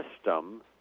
system